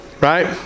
right